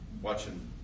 watching